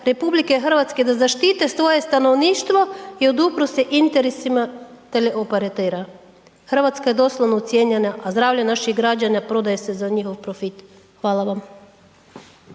i institucija RH da zaštite svoje stanovništvo i odupru se interesima teleoperatera. Hrvatska je doslovno ucijenjena a zdravlje naših građana prodaje se za njihov profit. Hvala vam.